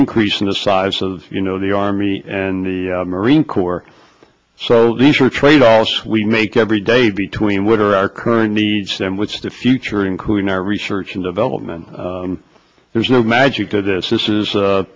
increasing the size of you know the army and the marine corps so these are tradeoffs we make every day between what are our current needs then which the future including our research and development there's no magic good this is